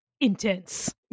Intense